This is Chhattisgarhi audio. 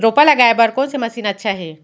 रोपा लगाय बर कोन से मशीन अच्छा हे?